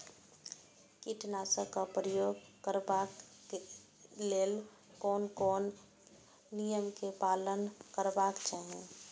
कीटनाशक क प्रयोग करबाक लेल कोन कोन नियम के पालन करबाक चाही?